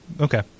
Okay